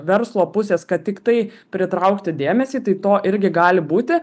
verslo pusės kad tiktai pritraukti dėmesį tai to irgi gali būti